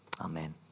Amen